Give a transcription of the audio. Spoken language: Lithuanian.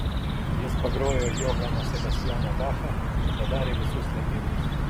jis pagrojo johaną sebastianą bachą ir padarė visus laimingus